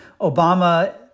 Obama